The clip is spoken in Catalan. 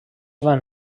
van